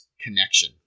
connection